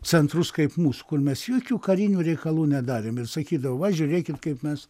centrus kaip mūsų kur mes jokių karinių reikalų nedarėm ir sakydavo va žiūrėkit kaip mes